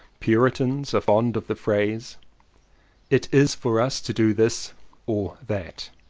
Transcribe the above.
puritans are fond of the phrase it is for us to do this or that